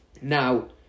Now